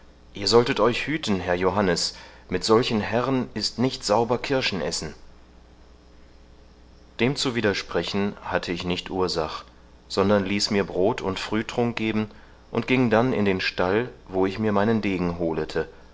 ihr solltet euch hüten herr johannes mit solchen herren ist nicht sauber kirschen essen dem zu widersprechen hatte ich nicht ursach sondern ließ mir brot und frühtrunk geben und ging dann in den stall wo ich mir meinen degen holete